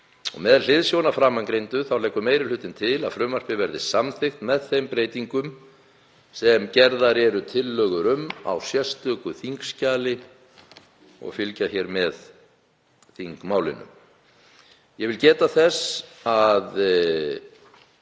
Með hliðsjón af framangreindu leggur meiri hlutinn til að frumvarpið verði samþykkt með þeim breytingum sem gerðar eru tillögur um á sérstöku þingskjali og fylgja með þingmálinu. Ég vil geta þess að